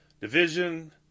Division